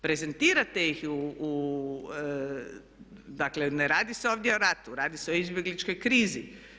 Prezentirajte ih u, dakle ne radi se ovdje o ratu, radi se o izbjegličkoj krizi.